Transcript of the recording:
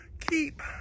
keep